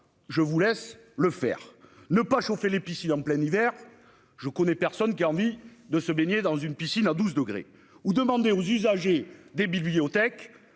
Je vous laisse le faire. Ne pas chauffer les piscines en plein hiver. Je connais personne qui a envie de se baigner dans une piscine à 12 degrés ou demander aux usagers des bibliothèques